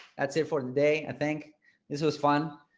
that's it for today. i think this was fun.